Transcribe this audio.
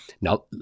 Now